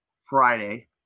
Friday